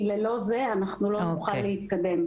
כי ללא זה אנחנו לא נוכל להתקדם.